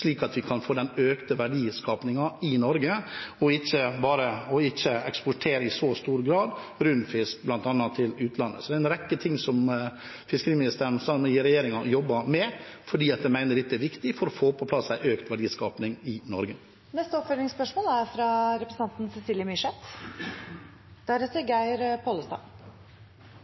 slik at vi kan få den økte verdiskapingen i Norge, og ikke i så stor grad eksportere – bl.a. brun fisk – til utlandet. Så det er en rekke ting som fiskeriministeren og regjeringen jobber med, for jeg mener dette er viktig for å få på plass en økt verdiskaping i Norge. Cecilie Myrseth – til oppfølgingsspørsmål.